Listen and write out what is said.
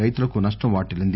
రైతులకు నష్టం వాటిల్లింది